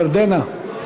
ירדנה,